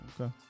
Okay